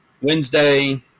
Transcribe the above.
Wednesday